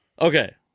Okay